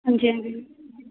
जी जी